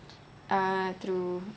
uh through